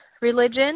religion